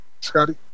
Scotty